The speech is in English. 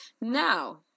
Now